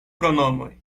pronomoj